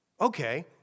Okay